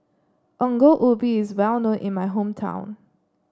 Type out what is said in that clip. Ongol Ubi is well known in my hometown